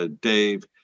Dave